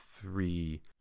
three